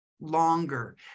longer